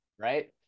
Right